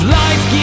life